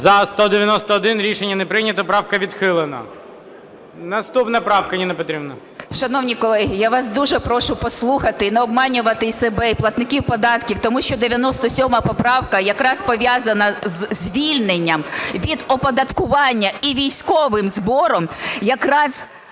За-191 Рішення не прийнято. Правку відхилено. Наступна правка, Ніна Петрівна. 15:59:04 ЮЖАНІНА Н.П. Шановні колеги! Я вас дуже прошу послухати і не обманювати і себе і платників податків. Тому що 97 поправка якраз пов'язана з звільненням від оподаткування і військовим збором, якраз